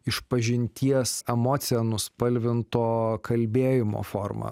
išpažinties emocija nuspalvinto kalbėjimo formą